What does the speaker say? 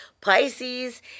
pisces